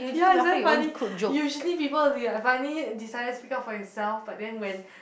ya it's very funny usually people will be like finally decided to speak up for yourself but then when